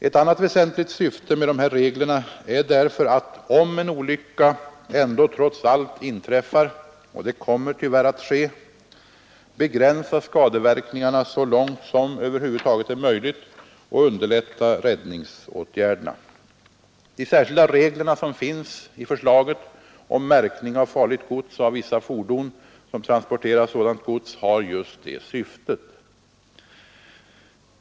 Ett annat väsentligt syfte med dessa regler är därför att — om en olycka trots allt skulle inträffa, och det kommer tyvärr att ske — begränsa skadeverkningarna så långt som det över huvud taget är möjligt och underlätta räddningsåtgärderna. De särskilda regler som finns i förslaget om märkning av farligt gods och av vissa fordon som transporterar sådant gods har just det syftet.